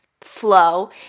flow